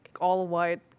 all-white